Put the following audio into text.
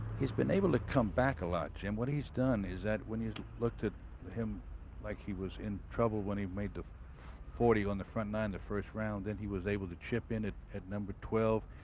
he's been able to come back a lot jim. what he's done is that when you looked at him like he was in trouble, when he made the forty on the front, nine, the first round, and he was able to chip in it at number twelve.